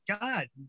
God